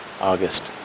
August